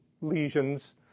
lesions